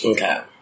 Okay